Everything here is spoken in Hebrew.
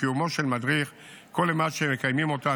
בקיומו של מדריך כל אימת שמקיימים אותן,